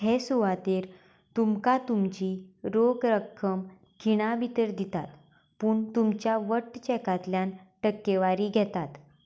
हे सुवातेर तुमकां तुमची रोख रक्कम खीणां भितर दितात पूण तुमच्या वट्ट चेकांतल्यान टक्केवारी घेतात